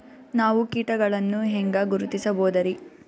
ನಾವು ಕೀಟಗಳನ್ನು ಹೆಂಗ ಗುರುತಿಸಬೋದರಿ?